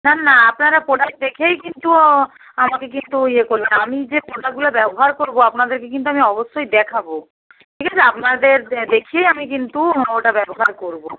না না আপনারা প্রোডাক্ট দেখেই কিন্তু আমাকে কিন্তু ইয়ে করবেন আমি যে প্রোডাক্টগুলো ব্যবহার করবো আপনাদেরকে কিন্তু আমি অবশ্যই দেখাবো ঠিক আছে আপনাদের দেখিয়েই আমি কিন্তু ওটা ব্যবহার করবো